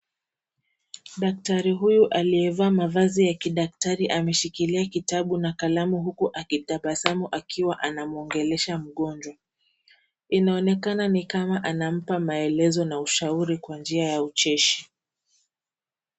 Daktari huyu aliyevaa mavazi ya kidaktari ameshikilia kitabu na kalamu huku akitabasamu akiwa anamwongelesha mgonjwa. Inaonekana ni kama anampa maelezo na ushauri kwa njia ya ucheshi.